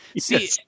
See